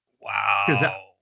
Wow